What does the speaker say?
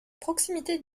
proximité